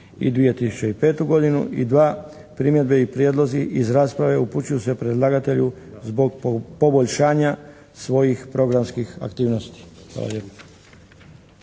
i 2005. godinu. I dva, primjedbe i prijedlozi iz rasprave upućuju se predlagatelju zbog poboljšanja svojih programskih aktivnosti.